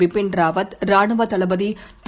Bipin Rawat ராணுவத்தளபதிதிரு